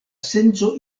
senco